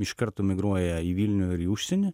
iš karto migruoja į vilnių ir į užsienį